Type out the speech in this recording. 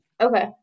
Okay